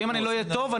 אם אני לא אהיה טוב,